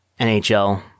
NHL